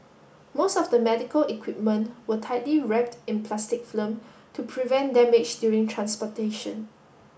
most of the medical equipment were tightly wrapped in plastic film to prevent damage during transportation